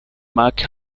mark